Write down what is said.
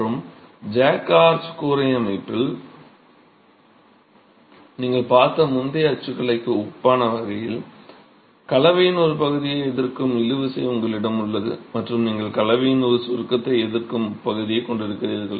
மற்றும் jack arch கூரை அமைப்பில் நீங்கள் பார்த்த முந்தைய அச்சுக்கலைக்கு ஒப்பான வகையில் கலவையின் ஒரு பகுதியை எதிர்க்கும் இழுவிசை உங்களிடம் உள்ளது மற்றும் நீங்கள் கலவையின் ஒரு சுருக்கத்தை எதிர்க்கும் பகுதியைக் கொண்டிருக்கிறீர்கள்